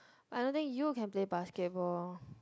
I don't think you can play basketball